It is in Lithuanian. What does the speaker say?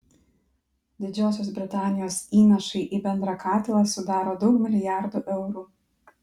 didžiosios britanijos įnašai į bendrą katilą sudaro daug milijardų eurų